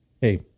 hey